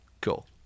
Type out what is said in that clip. Cool